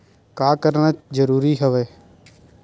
का करना जरूरी हवय?